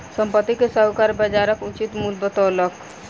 संपत्ति के साहूकार बजारक उचित मूल्य बतौलक